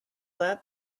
that